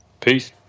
Peace